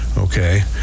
Okay